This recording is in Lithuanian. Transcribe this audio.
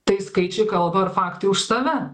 tai skaičiai kalba ir faktai už save